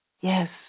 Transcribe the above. Yes